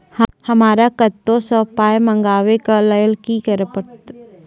हमरा कतौ सअ पाय मंगावै कऽ लेल की करे पड़त?